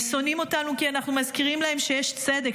הם שונאים אותנו כי אנחנו מזכירים להם שיש צדק,